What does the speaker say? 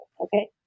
okay